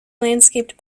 landscaped